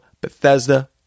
Bethesda